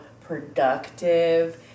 productive